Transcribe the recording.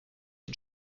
den